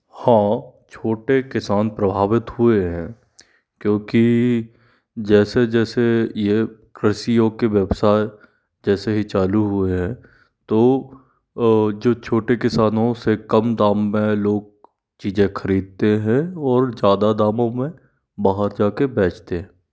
हाँ छोटे किसान प्रभावित हुए हैं क्योंकि जैसे जैसे ये कृषि योग के व्यवसाय जैसे ही चालू हुए हैं तो जो छोटे किसानों से कम दाम में लोग चीज़ें खरीदते हैं और ज़्यादा दामों में बाहर जाके बेचते हैं